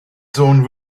sohn